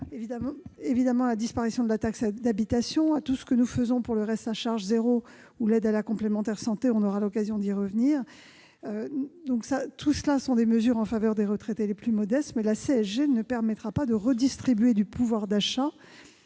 évidemment à la disparition de la taxe d'habitation, à tout ce que nous faisons pour le reste à charge zéro ou l'aide à la complémentaire santé ... Autant de mesures en faveur des retraités les plus modestes. La CSG ne permettra pas de redistribuer du pouvoir d'achat